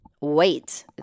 wait